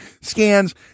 scans